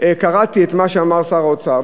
שקראתי את מה שאמר שר האוצר,